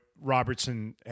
Robertson